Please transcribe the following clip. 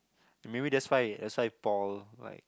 maybe that's why that's why Paul like